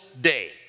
day